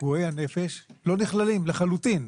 פגועי הנפש לא נכללים לחלוטין,